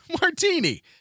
Martini